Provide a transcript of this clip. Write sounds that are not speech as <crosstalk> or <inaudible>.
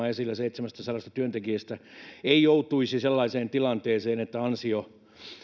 <unintelligible> esillä työntekijästä ei joutuisi sellaiseen tilanteeseen että ansiotaso